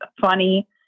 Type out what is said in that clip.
funny